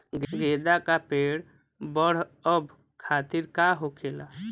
गेंदा का पेड़ बढ़अब खातिर का होखेला?